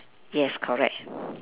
yes correct